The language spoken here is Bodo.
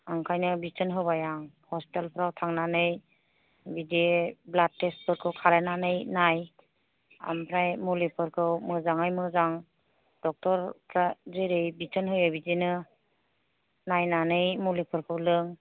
बेनिखायनो बिथोन होबाय आं हस्पिटाल फ्राव थांनानै बिदि ब्लाड टेस्ट फोरखौ खालामनानै नाय ओमफ्राय मुलिफोरखौ मोजाङै मोजां डक्ट'र फ्रा जेरै बिथोन होयो बिदिनो नायनानै मुलिफोरखौ लों